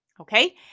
Okay